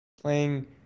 playing